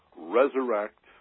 resurrect